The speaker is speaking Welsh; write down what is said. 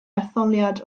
etholiad